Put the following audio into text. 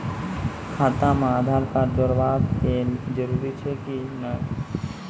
खाता म आधार कार्ड जोड़वा के जरूरी छै कि नैय?